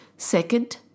Second